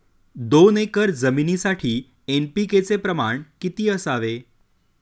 दोन एकर जमिनीसाठी एन.पी.के चे प्रमाण किती असावे?